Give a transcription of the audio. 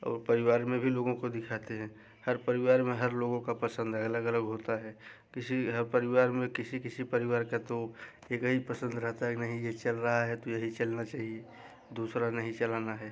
और परिवार में भी लोगों को दिखाते हैं हर परिवार में हर लोगों की पसंद अलग अलग होती है किसी हर परिवार में किसी किसी परिवार का तो एक ही पसंद रहती है नहीं यह चल रहा है तो यही चलना चाहिए दूसरा नहीं चलाना है